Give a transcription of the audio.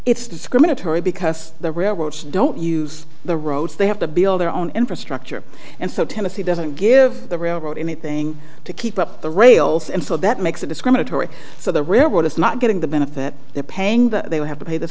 it's discriminatory because the railroads don't use the roads they have to build their own infrastructure and so tennessee doesn't give the railroad anything to keep up the rails and so that makes a discriminatory so the real world is not getting the benefit they're paying that they have to pay the